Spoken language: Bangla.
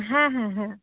হ্যাঁ হ্যাঁ হ্যাঁ